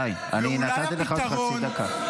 לא די, אני נתתי לך חצי דקה.